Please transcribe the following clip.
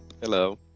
Hello